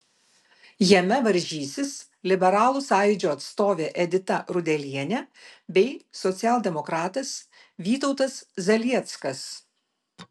jame varžysis liberalų sąjūdžio atstovė edita rudelienė bei socialdemokratas vytautas zalieckas